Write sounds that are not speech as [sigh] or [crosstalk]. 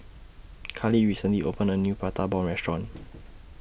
Karley recently opened A New Prata Bomb Restaurant [noise]